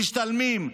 משתלמים,